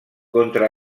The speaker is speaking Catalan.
contra